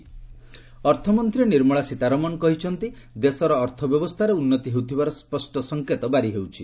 FM economic ଅର୍ଥମନ୍ତ୍ରୀ ନିର୍ମଳା ସୀତାରମଣ କହିଛନ୍ତି ଦେଶର ଅର୍ଥ ବ୍ୟବସ୍ଥାରେ ଉନ୍ନତି ହେଉଥିବାର ସ୍ୱଷ୍ଟ ସଂଙ୍କେତ ବାରି ହେଉଛି